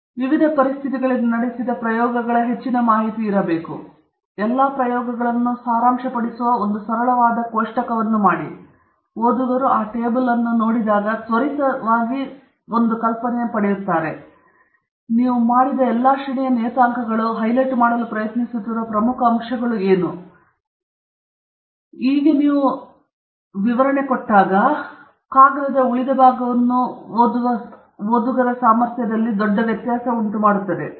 ನೀವು ವಿವಿಧ ಪರಿಸ್ಥಿತಿಗಳಲ್ಲಿ ನಡೆಸಿದ ಪ್ರಯೋಗಗಳ ಹೆಚ್ಚಿನ ಮಾಹಿತಿಯಿದೆ ಆದರೆ ನೀವು ಆ ಎಲ್ಲಾ ಪ್ರಯೋಗಗಳನ್ನು ಸಾರಾಂಶಪಡಿಸುವ ಬಹಳ ಸರಳವಾದ ಸರಳ ಕೋಷ್ಟಕವನ್ನು ಮಾಡಿದರೆ ಓದುಗರು ಆ ಟೇಬಲ್ನಲ್ಲಿ ನೋಡಿದಾಗ ತ್ವರಿತ ನೋಟದಲ್ಲಿ ಅವು ಒಂದು ಕಲ್ಪನೆಯನ್ನು ಪಡೆಯುತ್ತವೆ ನೀವು ಮಾಡಿದ್ದ ಎಲ್ಲಾ ಶ್ರೇಣಿಯ ನಿಯತಾಂಕಗಳು ಮತ್ತು ನೀವು ಹೈಲೈಟ್ ಮಾಡಲು ಪ್ರಯತ್ನಿಸುತ್ತಿರುವ ಪ್ರಮುಖ ಅಂಶಗಳು ಯಾವುವು ನಂತರ ನಿಮ್ಮ ಕಾಗದದ ಉಳಿದ ಭಾಗವನ್ನು ಓದುವ ಓದುಗರ ಸಾಮರ್ಥ್ಯದಲ್ಲಿ ದೊಡ್ಡ ವ್ಯತ್ಯಾಸವನ್ನು ಉಂಟುಮಾಡುತ್ತದೆ